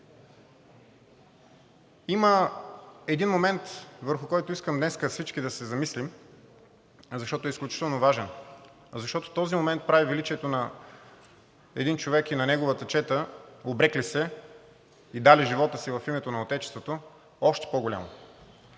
Има един момент, върху който искам днес всички да се замислим, защото е изключително важен. Защото този момент прави величието на един човек и на неговата чета, обрекли се и дали живота си в името на Отечеството, още по-голям.